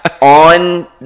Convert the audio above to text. on